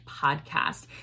podcast